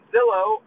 Zillow